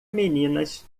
meninas